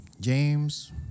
James